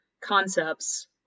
concepts